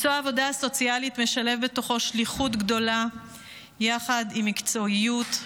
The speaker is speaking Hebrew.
מקצוע העבודה הסוציאלית משלב בתוכו שליחות גדולה יחד עם מקצועיות,